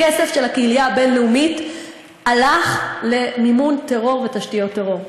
הכסף של הקהילה הבין-לאומית הלך למימון טרור ותשתיות טרור,